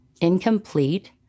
incomplete